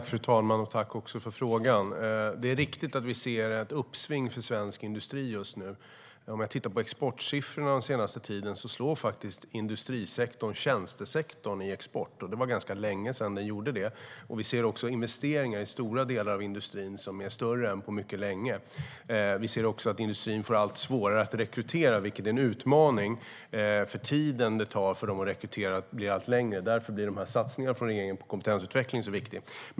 Fru talman! Jag tackar för frågan. Det är riktigt att vi ser ett uppsving för svensk industri just nu. Om vi tittar på exportsiffrorna för den senaste tiden ser vi att industrisektorn faktiskt slår tjänstesektorn i export, och det var ganska länge sedan den gjorde det. Vi ser också större investeringar än på mycket länge i stora delar av industrin. Vi ser även att industrin får allt svårare att rekrytera, vilket är en utmaning. Tiden det tar att rekrytera blir allt längre, och därför blir regeringens satsningar på kompetensutveckling så viktiga.